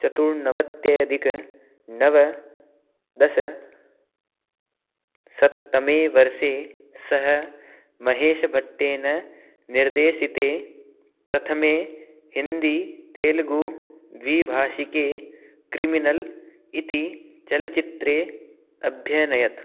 चतुर्नवत्यधिकनवदशशततमे वर्षे सः महेशभट्टेन निर्देशिते प्रथमे हिन्दीतेल्गुद्विभाषिके क्रिमिनल् इति चलचित्रे अभ्यनयत्